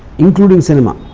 including cinema.